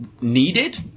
needed